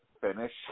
finish